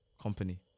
Company